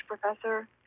professor